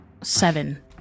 Seven